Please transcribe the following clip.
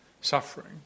suffering